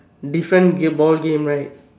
different game ball game right